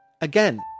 Again